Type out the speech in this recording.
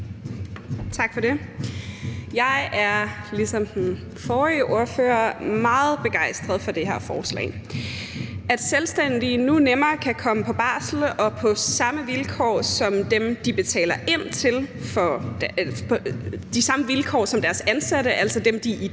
den forrige ordfører meget begejstret for det her forslag: at selvstændige nu nemmere kan komme på barsel og på samme vilkår som deres ansatte, altså dem, de i dag